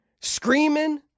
screaming